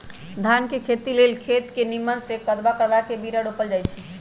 धान के खेती लेल खेत के निम्मन से कदबा करबा के बीरा रोपल जाई छइ